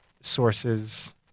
sources